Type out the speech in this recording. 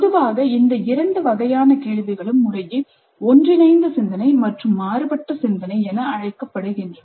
பொதுவாக இந்த இரண்டு வகையான கேள்விகளும் முறையே ஒன்றிணைந்த சிந்தனை மற்றும் மாறுபட்ட சிந்தனை என அழைக்கப்படுகின்றன